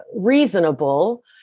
reasonable